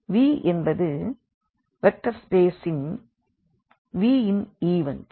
Vஎன்பது vector ஸ்பேஸின் V ன் event